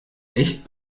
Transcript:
echt